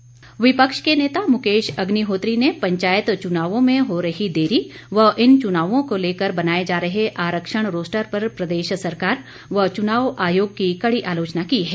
अग्निहोत्री विपक्ष के नेता मुकेश अग्निहोत्री ने पंचायत चुनावों में हो रही देरी व इन चुनावों को लेकर बनाए जा रहे आरक्षण रोस्टर पर प्रदेश सरकार व चुनाव आयोग की कड़ी आलोचना की है